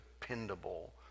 dependable